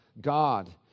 God